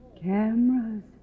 Cameras